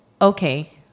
okay